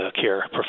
care